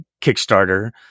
kickstarter